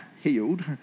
healed